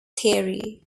theory